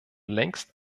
längst